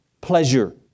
pleasure